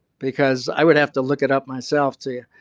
because i would have to look it up myself too.